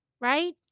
right